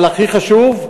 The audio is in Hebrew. אבל הכי חשוב,